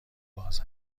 باز